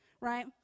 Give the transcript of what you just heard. right